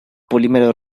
polímero